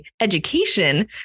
education